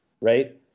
right